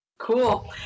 Cool